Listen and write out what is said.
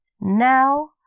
Now